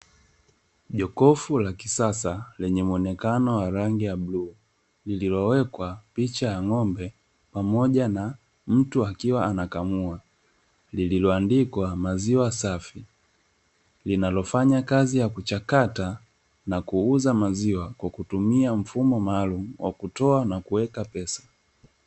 Jokofu la kisasa lenye muonekano wa rangi ya bluu, lililowekwa picha ya ng'ombe pamoja na mtu akiwa anakamua, lililoandikwa maziwa safi. Linalofanya kazi ya kuchakata na kuuza maziwa, kwa kutumia mfumo maalumu wa kutoa na kuweka pesa.